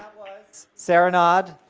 was serenade,